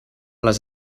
les